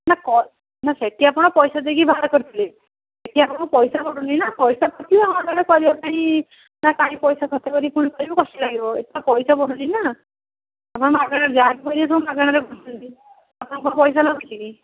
ନା କର ନା ସେଠି ଆପଣ ପାଇସା ଦେଇକି ବାହାର କରିଥିଲେ ଏଠି ଆପଣଙ୍କୁ ପାଇସା ପଡ଼ୁନିନା ପାଇସା ପଡୁଥିଲେ ହଁ ଜଣେ କରିବା ପାଇଁ ନାଁ କାଇଁ ପାଇସା ଖର୍ଚ୍ଚ କରି କେଉଁଠି କରିବି କଷ୍ଟ ଲାଗିବ ଏଠି ତ ପାଇସା ପଡ଼ୁନିନା ଆପଣ ମାଗଣାରେ ଯାହା ବି କରିବେ ସବୁ ମାଗଣାରେ କରୁଛନ୍ତି ଆପଣଙ୍କୁ କ'ଣ ପାଇସା ମାଗୁଛି କି